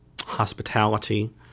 hospitality